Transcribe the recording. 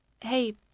Hey